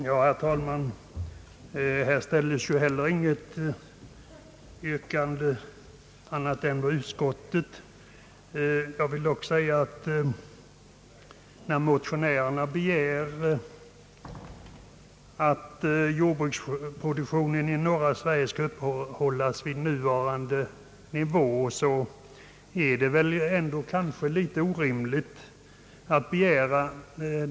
Herr talman! I denna fråga ställdes heller inget yrkande. Jag vill dock framhålla, att när motionärerna begär att jordbruksproduktionen i norra Sverige skall upprätthållas vid nuvarande nivå, är detta krav väl en smula orimligt.